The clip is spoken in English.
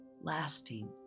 lasting